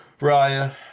Raya